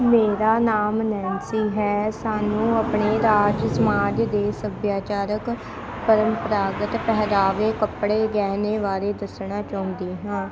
ਮੇਰਾ ਨਾਮ ਨੈਨਸੀ ਹੈ ਸਾਨੂੰ ਆਪਣੇ ਰਾਜ ਸਮਾਜ ਦੇ ਸੱਭਿਆਚਾਰਕ ਪਰੰਪਰਾਗਤ ਪਹਿਰਾਵੇ ਕੱਪੜੇ ਗਹਿਣੇ ਬਾਰੇ ਦੱਸਣਾ ਚਾਹੁੰਦੀ ਹਾਂ